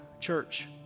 church